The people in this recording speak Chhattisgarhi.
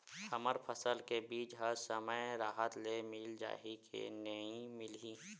हमर फसल के बीज ह समय राहत ले मिल जाही के नी मिलही?